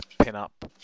pin-up